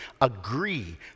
agree